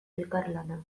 elkarlana